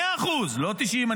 100% לא 90%,